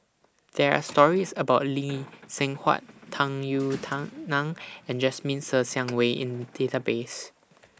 There Are stories about Lee Seng Huat Tung Yue Nang and Jasmine Ser Xiang Wei in The Database